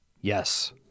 Yes